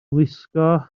gwisgo